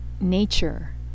Nature